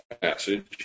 passage